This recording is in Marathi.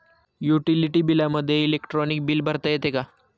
युटिलिटी बिलामध्ये इलेक्ट्रॉनिक बिल भरता येते का?